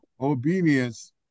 obedience